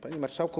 Panie Marszałku!